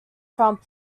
from